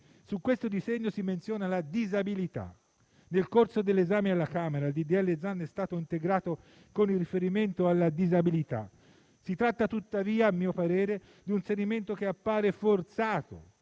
In questo testo si menziona la disabilità. Nel corso dell'esame alla Camera il disegno di legge Zan è stato integrato con il riferimento alla disabilità. Ti tratta, tuttavia, a mio parere, di un inserimento che appare forzato,